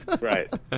Right